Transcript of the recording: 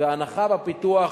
והנחה בפיתוח